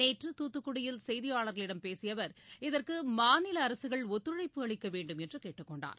நேற்று தூத்துக்குடியில் செயதியாளர்களிடம் பேசிய அவர் இதற்கு மாநில அரசுகள் ஒத்துழைப்பு அளிக்கவேண்டும் என்று கேட்டுக்கொண்டார்